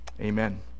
amen